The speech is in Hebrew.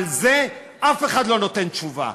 על זה אף אחד לא נותן תשובה,